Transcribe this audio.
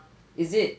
is it